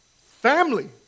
Family